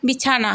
বিছানা